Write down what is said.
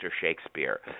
Shakespeare